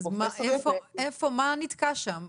אז איפה, מה נתקע שם?